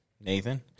Nathan